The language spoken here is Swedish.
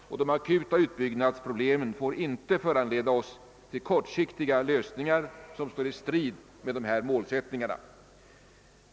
De akuta utbildningsproblemen får inte förleda oss till kortsiktiga lösningar, som står i strid med dessa målsättningar.